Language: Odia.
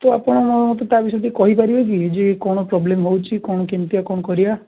ଟିକେ ଆପଣ ମୋତେ ତା'ବିଷୟରେ ଟିକିଏ କହିପାରିବେ କି ଯେ କ'ଣ ପ୍ରୋବ୍ଲେମ୍ ହେଉଛି କ'ଣ କେମିତିକା କ'ଣ କରିବା